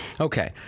Okay